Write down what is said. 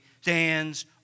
stands